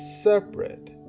separate